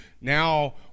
Now